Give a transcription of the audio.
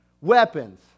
weapons